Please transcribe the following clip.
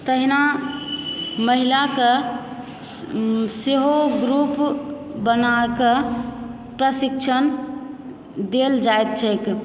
तहिना महिलाकऽ सेहो ग्रुप बनाके प्रशिक्षण देल जाइत छैक